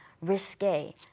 risque